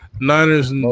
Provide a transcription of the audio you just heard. Niners